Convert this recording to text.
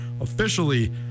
officially